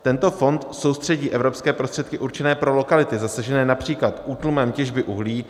Tento fond soustředí evropské prostředky určené pro lokality zasažené například útlumem těžby uhlí.